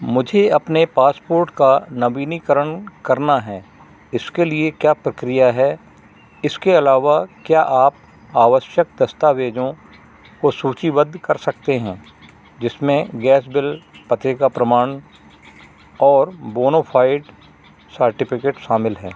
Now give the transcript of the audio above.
मुझे अपने पासपोर्ट का नवीनीकरण करना है इसके लिए क्या प्रक्रिया है इसके अलावा क्या आप आवश्यक दस्तावेज़ों को सूचीबद्ध कर सकते हैं जिसमें गैस बिल पते का प्रमाण और बोनोफाइड सर्टिफिकेट शामिल हैं